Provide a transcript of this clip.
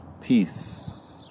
peace